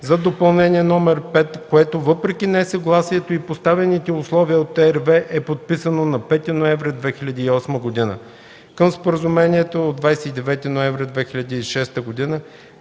за Допълнение № 5, което въпреки несъгласието и поставените условия от RWE е подписано на 5 ноември 2008 г. към Споразумението от 29 ноември 2006 г.,